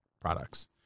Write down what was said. products